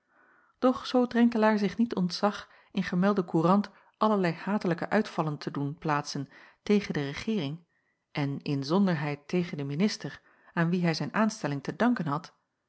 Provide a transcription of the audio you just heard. doch zoo drenkelaer zich niet ontzag in gemelde koerant allerlei hatelijke uitvallen te doen plaatsen tegen de regeering en inzonderheid tegen den minister aan wien hij zijn aanstelling te danken had